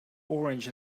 orange